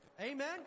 Amen